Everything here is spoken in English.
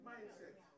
Mindset